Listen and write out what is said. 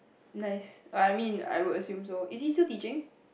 nice err I mean I would assume so is he still teaching